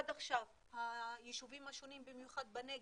עד עכשיו הישובים השונים, במיוחד בנגב,